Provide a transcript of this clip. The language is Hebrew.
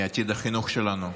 מעתיד החינוך שלנו,